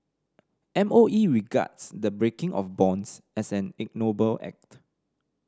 M O E regards the breaking of bonds as an ignoble act